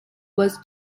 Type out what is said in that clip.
was